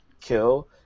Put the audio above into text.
kill